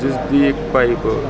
ਜਿਸ ਦੀ ਇੱਕ ਪਾਇਪ